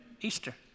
Easter